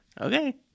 Okay